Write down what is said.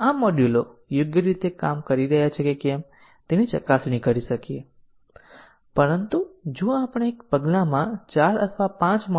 mutation testing માં પ્રથમ આપણે ચોક્કસ કવરેજ ટેસ્ટીંગ ટેકનીકોનો ઉપયોગ કરીએ છીએ અને કેટલીક કવરેજ ટેકનીકનું કવરેજ પ્રાપ્ત કરવા માટે આપણી પાસે